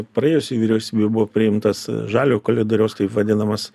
praėjusioj vyriausybėj buvo priimtas žalio koridoriaus kaip vadinamas